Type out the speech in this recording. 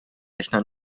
rechner